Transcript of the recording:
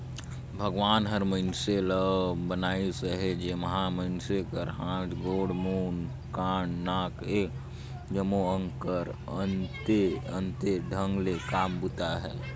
भगवान हर मइनसे ल बनाइस अहे जेम्हा मइनसे कर हाथ, गोड़, मुंह, कान, नाक ए जम्मो अग कर अन्ते अन्ते ढंग ले काम बूता अहे